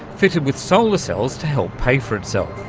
fitted with solar cells to help pay for itself.